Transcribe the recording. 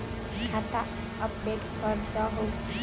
खाता अपडेट करदहु?